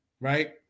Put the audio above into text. right